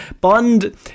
Bond